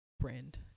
brand